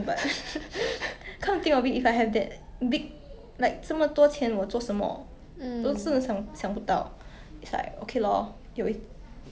but ya I think ya actually money 真的是很重要 sia I don't think we can live a day like without having to think about it